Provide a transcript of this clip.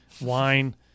wine